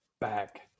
back